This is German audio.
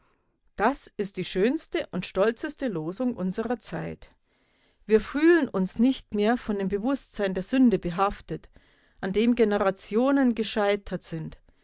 das ist die schönste und stolzeste losung unserer zeit wir fühlen uns nicht mehr von dem bewußtsein der sünde behaftet an dem generationen gescheitert sind